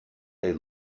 they